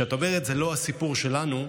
וכשאת אומרת: זה לא הסיפור שלנו,